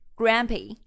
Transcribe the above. grumpy